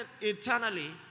eternally